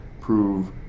prove